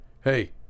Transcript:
hey